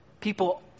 people